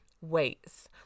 weights